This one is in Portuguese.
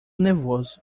nervoso